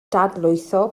dadlwytho